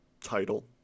title